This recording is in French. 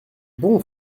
bon